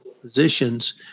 positions